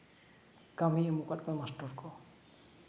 ᱠᱟᱹᱢᱤ ᱮᱢ ᱠᱟᱫ ᱠᱚᱣᱟᱭ ᱢᱟᱥᱴᱟᱨ ᱠᱚ